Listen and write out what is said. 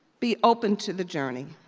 be open to the journey,